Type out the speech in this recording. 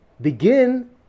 begin